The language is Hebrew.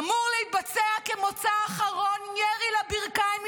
אמור להתבצע כמוצא אחרון ירי לברכיים,